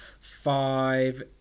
five